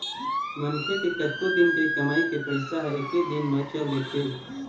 मनखे के कतको दिन के कमई के पइसा ह एके दिन म चल देथे